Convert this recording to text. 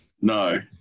No